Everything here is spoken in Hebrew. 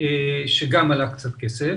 שגם עלה קצת כסף.